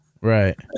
Right